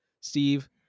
Steve